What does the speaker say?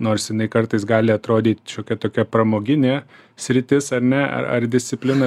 nors jinai kartais gali atrodyt šiokia tokia pramoginė sritis ar ne ar ar disciplina